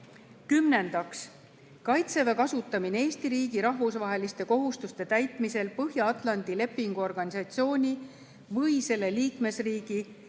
Kümnendaks, "Kaitseväe kasutamine Eesti riigi rahvusvaheliste kohustuste täitmisel Põhja-Atlandi Lepingu Organisatsiooni või selle liikmesriigi, Euroopa